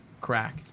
crack